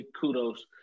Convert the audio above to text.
kudos